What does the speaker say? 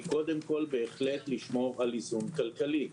קודם כל בהחלט לשמור על איזון כלכלי,